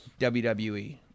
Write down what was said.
WWE